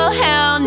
hell